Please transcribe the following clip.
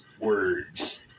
words